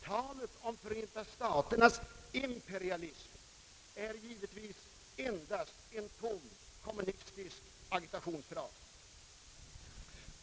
Talet om Förenta staternas imperialism är givetvis endast en tom kommunistisk agitationsfras.